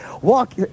Walk